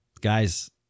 Guys